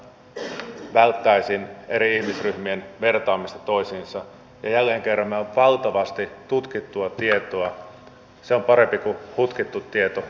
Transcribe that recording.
suomessa on suhteellisesti enemmän tytäryhtiöitä kuin muissa euroopan maissa mikä on johtanut siihen että suomalaisten työn tulokset ja voitot hyödyttävät enemmän muita maita kuin suomea